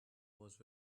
was